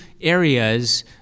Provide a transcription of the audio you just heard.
areas